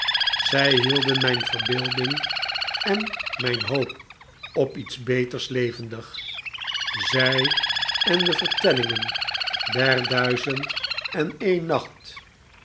zij hielden mijn verbeelding en mijn hoop op iets beters levendig zij en de vertellingen der duizend-en-een-nacht